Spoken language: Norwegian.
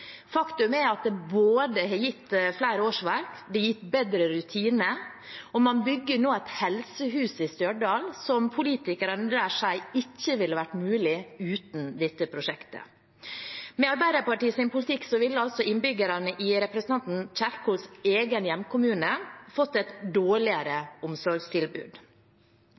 Faktum er at det både har gitt flere årsverk og bedre rutiner, og man bygger nå et helsehus i Stjørdal som politikerne der sier ikke ville vært mulig uten dette prosjektet. Med Arbeiderpartiets politikk ville altså innbyggerne i representanten Kjerkols egen hjemkommune fått et dårligere omsorgstilbud.